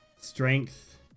strength